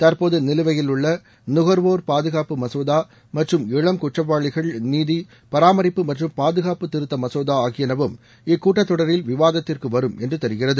தற்போது நிலுவையிலுள்ள நுகர்வோர் பாதுகாப்பு மசோதா மற்றும் இளம் குற்றவாளிகள் நீதி பராமரிப்பு மற்றும் பாதுகாப்பு திருத்த மசோதா ஆகியனவும் இக்கூட்டத் தொடரில் விவாதத்திற்கு வரும் என்று தெரிகிறது